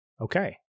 okay